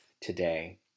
today